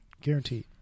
Guaranteed